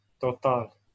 total